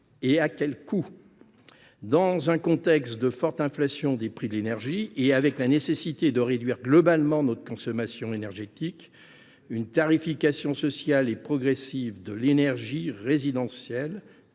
Et à quel coût ?